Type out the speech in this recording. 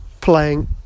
playing